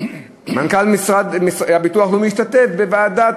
מנכ"ל הביטוח הלאומי השתתף בישיבת הוועדה